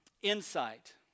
insight